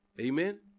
Amen